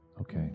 Okay